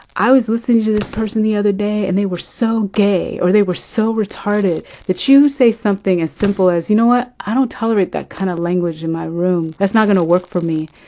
i was listening to this person the other day, and they were so gay, or they were so retarded, that you say something as simple, as you know what? i don't tolerate that kind of language in my room. that's not going to work for me.